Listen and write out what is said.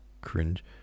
cringe